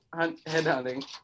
headhunting